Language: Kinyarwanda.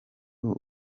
ubwo